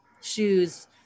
shoes